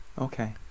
Okay